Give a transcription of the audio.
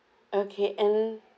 okay and